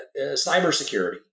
cybersecurity